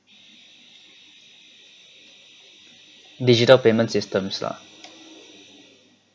digital payment systems ah